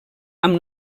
amb